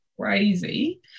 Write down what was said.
crazy